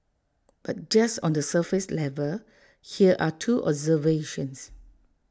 but just on the surface level here are two observations